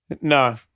No